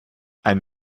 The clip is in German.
ein